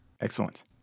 excellent